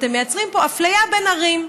אתם מייצרים פה אפליה בין ערים,